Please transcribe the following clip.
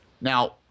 now